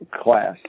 class